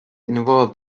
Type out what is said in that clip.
involved